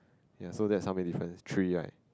ya so that's how many difference three right